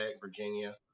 Virginia